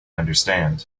understand